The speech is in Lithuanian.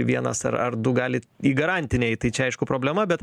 vienas ar ar du gali į garantinį įeit tai čia aišku problema bet